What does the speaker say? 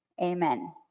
Amen